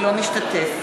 לא משתתף.